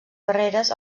barreres